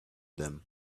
them